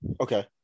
okay